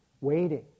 Waiting